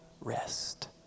rest